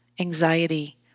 anxiety